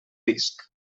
disc